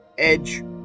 Edge